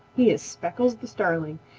he is speckles the starling,